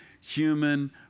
human